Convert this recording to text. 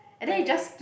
okay